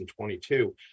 2022